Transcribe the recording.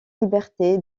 liberté